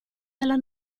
dalla